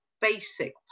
basic